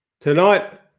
Tonight